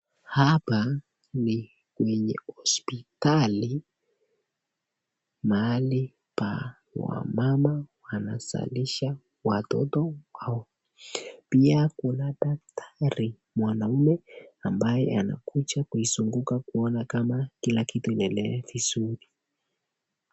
Hapa ni kwenye hospitali, mahali pa wamama wanazalisha watoto wao, pia kuna daktari mwanaume anakuja kuizunguka kuona kama Kila kitu inaendelea vizuri.